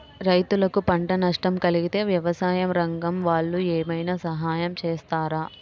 రైతులకు పంట నష్టం కలిగితే వ్యవసాయ రంగం వాళ్ళు ఏమైనా సహాయం చేస్తారా?